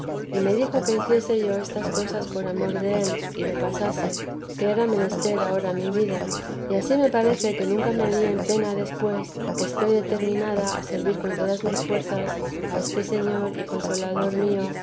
y me dijo que hiciese yo estas cosas por amor del y io pasase que era menester ahora mi vida y ansí parece que nunca me vi en pena después que estoy determinada a servir con todas mis fuerzas a este señor y consolador mío